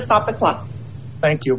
stop the clock thank you